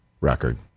record